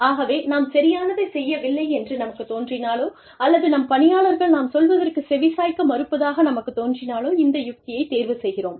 ஆகவே நாம் சரியானதைச் செய்யவில்லை என்று நமக்குத் தோன்றினாலோ அல்லது நம் பணியாளர்கள் நாம் சொல்வதற்குச் செவிசாய்க்க மறுப்பதாக நமக்குத் தோன்றினாலோ இந்த யுக்தியை தேர்வு செய்கிறோம்